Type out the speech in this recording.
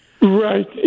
Right